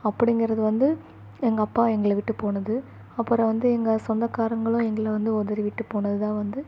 அப்படிங்கறது வந்து எங்கள் அப்பா எங்களை விட்டு போனது அப்புறம் வந்து எங்கள் சொந்தக்காரங்களும் எங்கள வந்து உதறிவிட்டு போனது தான் வந்து